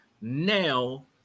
now